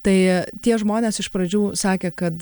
tai tie žmonės iš pradžių sakė kad